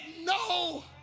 no